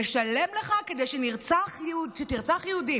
נשלם לך כדי שתרצח יהודים?